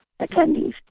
attendees